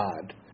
God